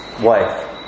wife